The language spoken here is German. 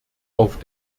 auf